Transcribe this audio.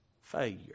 failure